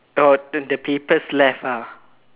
oh the paper's left ah